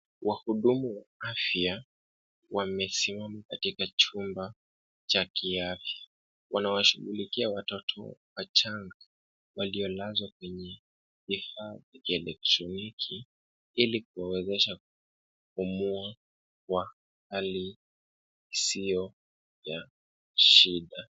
Wahudumu wa afya wamesimama katika chumba cha kiafya. Wanawashughulikia watoto wachanga waliolazwa kwenye vifaa vya kielektroniki ili kuwawezesha kupumua kwa hali isiyo ya shida.